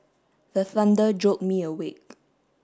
the thunder jolt me awake